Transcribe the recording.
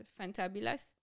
fantabulous